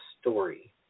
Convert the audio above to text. story